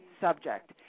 subject